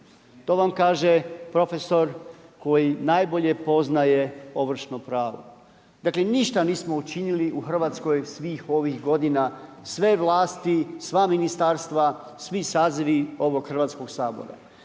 To vam kaže profesor koji najbolje poznaje ovršno pravo. Dakle, ništa nismo učinili u Hrvatskoj svih ovih godina, sve vlasti, sva ministarstva, svi sazivi ovog Hrvatskog sabora.